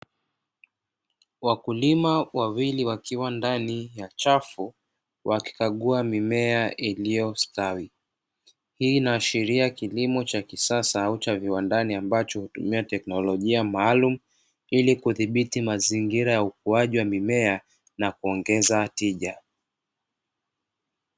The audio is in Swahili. Wakulima wawili wakiwa ndani ya chafu wakikagua mimea iliyostawi, hii inaashiria kilimo cha kisasa au cha viwandani ambacho hutumia teknolojia maalumu ili kudhibiti mazingira ya ukuaji wa mimea na kuongeza tija.